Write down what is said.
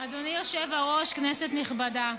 אדוני היושב-ראש, כנסת נכבדה,